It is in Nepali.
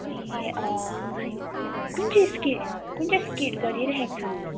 ए खै कुन चाहिँ स्के कुन चाहिँ स्किट गरिरहेका छन्